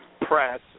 Press